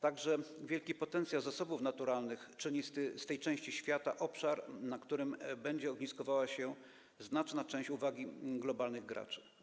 Także wielki potencjał zasobów naturalnych czyni z tej części świata obszar, na którym będzie ogniskowała się znaczna część uwagi globalnych graczy.